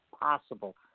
possible